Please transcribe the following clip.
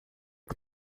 que